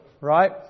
right